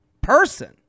person